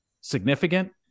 significant